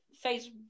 Phase